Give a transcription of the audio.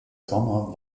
sommer